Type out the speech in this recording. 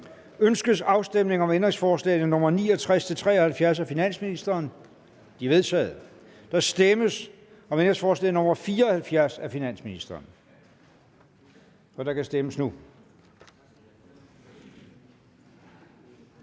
Ønskes afstemning om ændringsforslag nr. 185-191 af finansministeren? De er vedtaget. Der stemmes om ændringsforslag nr. 464 af Venstre. Der stemmes nu.